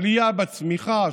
עלייה בצמיחה,